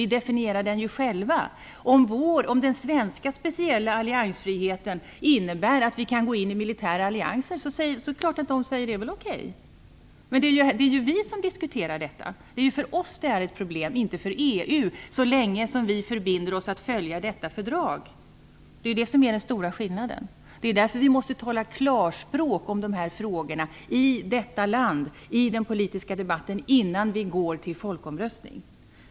Vi definierar den ju själva. Om den svenska speciella alliansfriheten innebär att vi kan gå in i militära allianser är det klart att EU säger att det är okej. Det är ju vi som diskuterar detta. Det är för oss som det är ett problem och inte för EU så länge som vi förbinder oss att följa detta fördrag. Det är den stora skillnaden. Det är därför som vi måste tala klarspråk i de här frågorna, i detta land, i den politiska debatten, innan vi går till folkomröstning.